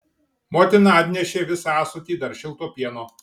motina atnešė visą ąsotį dar šilto pieno